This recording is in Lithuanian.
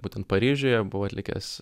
būtent paryžiuje buvau atlikęs